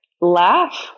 laugh